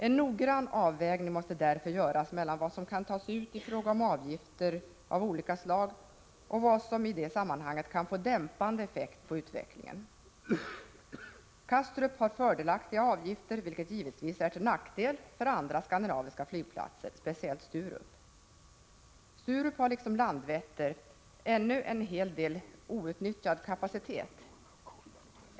En noggrann avvägning måste därför göras mellan vad som kan tas ut i fråga om avgifter av olika slag och vad som i det sammanhanget kan få dämpande effekt på utvecklingen. Kastrup har fördelaktiga avgifter, vilket givetvis är till nackdel för andra skandinaviska flygplatser, speciellt Sturup. Sturup har liksom Landvetter ännu en hel del outnyttjad kapacitet.